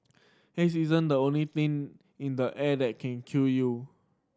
haze isn't the only thing in the air that can kill you